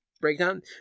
breakdown